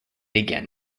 again